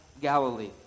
Galilee